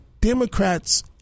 Democrats